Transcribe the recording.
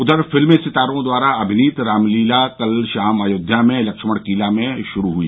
उधर फिल्मी सितारों द्वारा अभिनीत रामलीला कल शाम अयोध्या में लक्ष्मण किला में शुरू हई